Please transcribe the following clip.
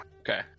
Okay